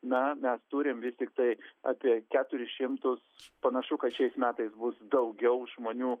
na mes turim vis tiktai apie keturis šimtus panašu kad šiais metais bus daugiau žmonių